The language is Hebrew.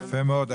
יפה מאוד.